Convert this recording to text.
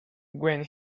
when